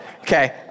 Okay